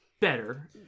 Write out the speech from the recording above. Better